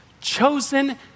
chosen